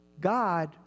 God